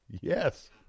yes